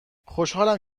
خوشحالم